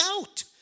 out